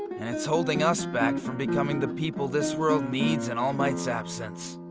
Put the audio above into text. and it's holding us back from becoming the people this world needs in all might's absence.